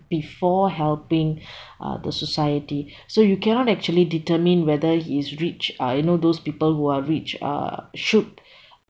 before helping uh the society so you cannot actually determine whether he is rich uh you know those people who are rich uh should